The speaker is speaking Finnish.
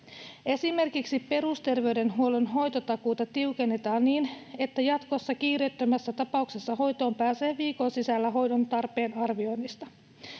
Esimerkiksi perusterveydenhuollon hoitotakuuta tiukennetaan niin, että jatkossa kiireettömässä tapauksessa hoitoon pääsee viikon sisällä hoidon tarpeen arvioinnista.